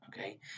okay